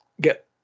get